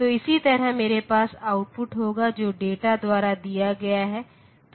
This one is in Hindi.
तो इसी तरह मेरे पास आउटपुट होगा जो डेटा द्वारा दिया गया है